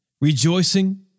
rejoicing